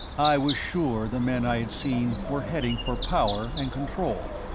i was sure the men i had seen were heading for power and control.